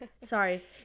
Sorry